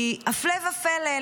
כי הפלא ופלא,